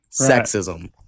sexism